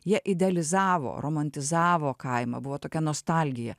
jie idealizavo romantizavo kaimą buvo tokia nostalgija